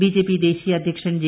BJP ദേശീയ അധ്യക്ഷൻ J